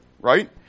Right